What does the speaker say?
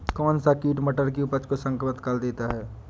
कौन सा कीट मटर की उपज को संक्रमित कर देता है?